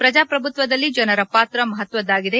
ಪ್ರಜಾಪ್ರಭುತ್ವದಲ್ಲಿ ಜನರ ಪಾತ್ರ ಮಹತ್ವದ್ದಾಗಿದೆ